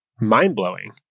mind-blowing